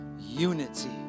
Unity